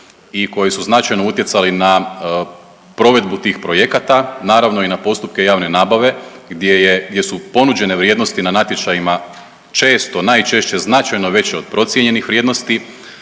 i koji su značajno utjecali na provedbu tih projekata naravno i na postupke javne nabave gdje je, gdje su ponuđene vrijednosti na natječajima često, najčešće značajno veće od procijenjenih vrijednosti.